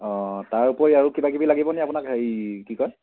অঁ তাৰ উপৰি আৰু কিবাকিবি লাগিবনে আপোনাক হেৰি কি কয়